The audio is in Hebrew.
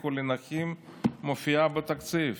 שהבטיחו לנכים מופיעה בתקציב.